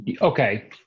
Okay